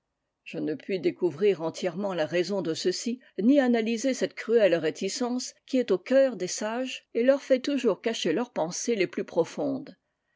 je ne puis découvrir entièremeut la raison de ceci ni analyser cette cruelle réticence qui est au cœur des sages et leur i mais cette sorte de